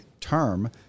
term